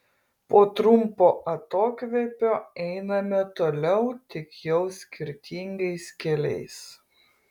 po trumpo atokvėpio einame toliau tik jau skirtingais keliais